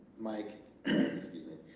mike excuse me,